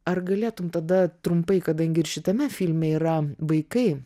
ar galėtum tada trumpai kadangi ir šitame filme yra vaikai